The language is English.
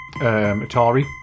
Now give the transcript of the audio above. Atari